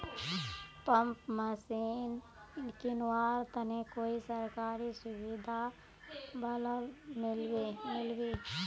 Pump machine किनवार तने कोई सरकारी सुविधा बा लव मिल्बी?